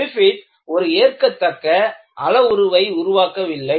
Griffith ஒரு ஏற்கத்தக்க அளவுருவை உருவாக்கவில்லை